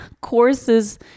courses